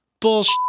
Bullshit